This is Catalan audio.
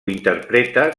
interpreta